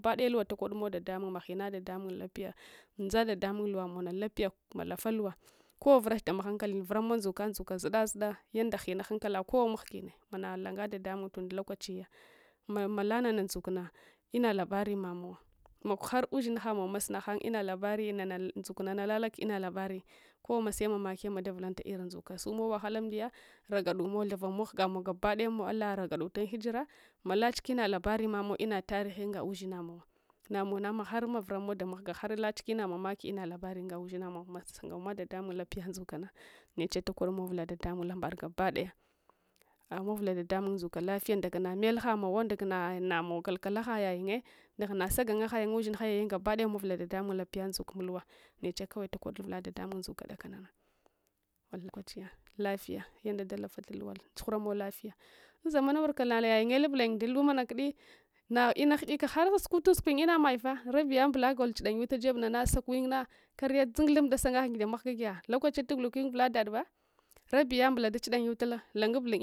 Gabaɗaya luwa takodmow ɗeɗamung maghins ɗaɗamung lapya ndza dadamung luwa mowna lapya malafa luwa kowa vurach dunhsnkalen vur amow ndzuka ndzuka zuɗa zuɗa yanda ghina hankala kowa mahgin mang langa ɗaɗamung unɗa lokachiya mama lanana ndzukna ina labari mamow manar ushin hamowma sunaghan ina labari nana ndzua nana lalak ina labari kowa mase mamski mada vulunla lrin ndzukns sumow wahala umdiya ragadumow tharamow ghugamow gabadayamow alaragadka unghijera malach ina labari mamau ina tarihi unga ushina mow namauna vuramau ɗamahga har lach lna mamaki lna labari unga ushinsmow masung ama ɗaɗamun lapya ndzuk na neche talodmow uvula ɗaɗamung lambad gabadaya amavula ɗaɗamung ndzuka lafiya ndagana melha mowo ndaga nomow kalkalaha yayungye unhaghana sagangahayun hinka yayayun gabadaya amavula ɗaɗamung lapya ndzuk mulwa neche kawai takodul uvula ɗaɗamung ndzuk dakanana maga kwanchiya lapiya yanda ɗalafata luwana tsuh uramau lafiya unzamana wurka nayayungye luakyun dun lumana kudi na’ina ghuka harsukutun sukuyun lna mayfah rabiya mbula agolchi yuta jebnana sakuyunna karya dzugulung dasaungahuyung damanga giya lokachiya mbula dachidayutala lungubulayung